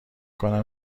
کنم